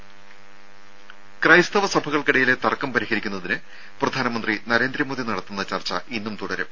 രംഭ ക്രൈസ്തവ സഭകൾക്കിടയിലെ തർക്കം പരിഹരിക്കുന്നതിന് പ്രധാനമന്ത്രി നരേന്ദ്രമോദി നടത്തുന്ന ചർച്ച ഇന്നും തുടരും